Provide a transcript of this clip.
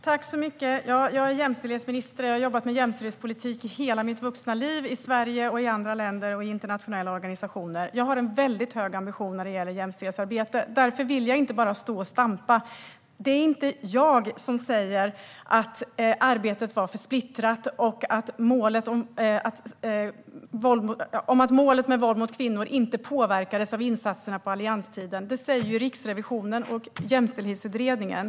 Herr talman! Jag är jämställdhetsminister och har arbetat med jämställdhetspolitik i hela mitt vuxna liv i Sverige, i andra länder och i internationella organisationer. Jag har en väldigt hög ambition när det gäller jämställdhetsarbetet. Därför vill jag inte bara stå och stampa. Det är inte jag som säger att arbetet var för splittrat och att målet med våld mot kvinnor inte påverkades av insatserna under allianstiden. Detta säger Riksrevisionen och Jämställdhetsutredningen.